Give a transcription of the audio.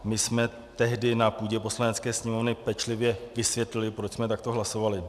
My jsme tehdy na půdě Poslanecké sněmovny pečlivě vysvětlili, proč jsme takto hlasovali.